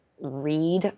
read